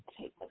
take